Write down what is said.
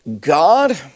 God